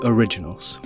Originals